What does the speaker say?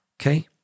Okay